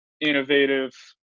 innovative